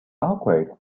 awkward